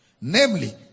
Namely